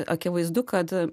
akivaizdu kad